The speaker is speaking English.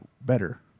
better